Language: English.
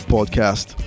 Podcast